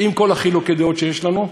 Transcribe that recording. עם כל חילוקי הדעות שיש לנו,